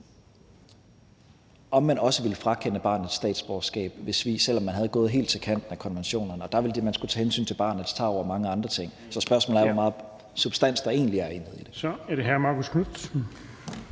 om man også vil frakende barnet statsborgerskabet ved forældrenes svig – også selv om vi var gået helt til kanten af konventionerne. Der ville man skulle tage hensyn til barnets tarv og mange andre ting. Så spørgsmålet er, hvor meget substans der egentlig er i det. Kl. 15:36 Den fg. formand